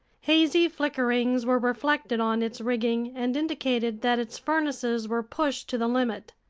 hazy flickerings were reflected on its rigging and indicated that its furnaces were pushed to the limit.